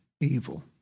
evil